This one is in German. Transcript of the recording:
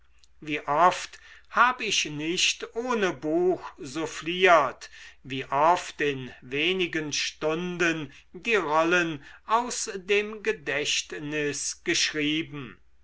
wie oft hab ich nicht ohne buch souffliert wie oft in wenigen stunden die rollen aus dem gedächtnis geschrieben